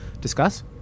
discuss